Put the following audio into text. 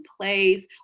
place